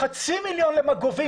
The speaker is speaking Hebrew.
חצי מיליון למגובים,